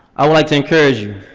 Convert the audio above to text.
i would like to encourage you,